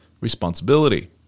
responsibility